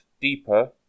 deeper